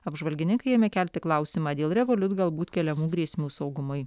apžvalgininkai ėmė kelti klausimą dėl revoliut galbūt keliamų grėsmių saugumui